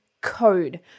code